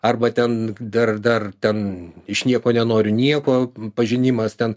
arba ten dar dar ten iš nieko nenori nieko pažinimas ten